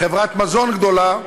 חברת מזון גדולה,